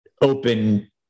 open